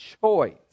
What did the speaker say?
choice